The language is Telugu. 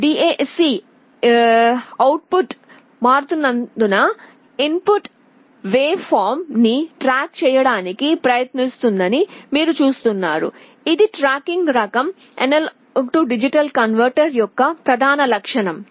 DAC అవుట్ పుట్ మారుతున్నందున ఇన్ పుట్ వేవ్ ఫార్మ్ ని ట్రాక్ చేయడానికి ప్రయత్నిస్తుందని మీరు చూస్తున్నారు ఇది ట్రాకింగ్ రకం A D కన్వర్టర్ యొక్క ప్రధాన లక్షణం